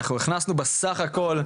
אנחנו הכנסנו בסך הכל,